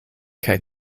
kaj